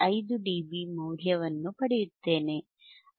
5 dB ಮೌಲ್ಯವನ್ನು ಪಡೆಯುತ್ತೇನೆ